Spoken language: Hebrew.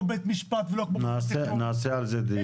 בית משפט ולא כמו -- נעשה על זה דיון.